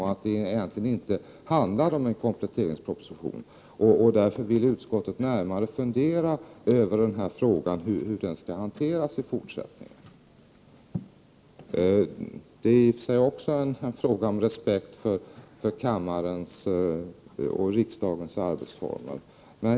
Detta utgör egentligen inte en kompletteringsproposition. Därför vill utskottet närmare fundera över frågan om hur kompletteringspropositionen i fortsättningen skall hanteras. Detta är i och för sig också en fråga om respekt för riksdagens arbetsformer.